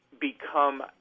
become